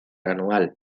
anual